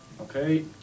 Okay